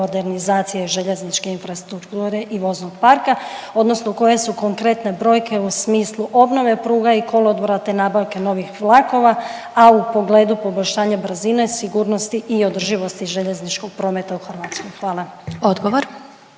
modernizacije željezničke infrastrukture i voznog parka odnosno koje su konkretne brojke u smislu obnove pruga i kolodvora te nabavke novih vlakova, a u pogledu poboljšanja brzine, sigurnosti i održivosti željezničkog prometa u Hrvatskoj. Hvala.